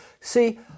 See